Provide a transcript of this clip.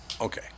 Okay